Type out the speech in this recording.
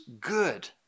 good